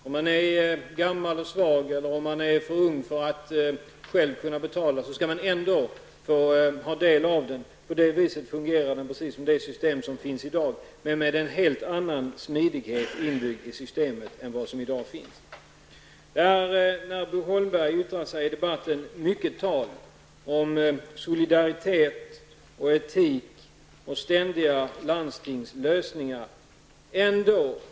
Om man är gammal och svag eller för ung för att själv kunna betala skall man ändå kunna ta del av den. På det viset skulle den sjukförsäkring som vi förordar fungera precis som dagens system men med en helt annan smidighet inbyggd i systemet. När Bo Holmberg yttrar sig i debatten blir det mycket tal om solidaritet, etik och ständiga landstingslösningar.